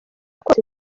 kose